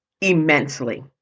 immensely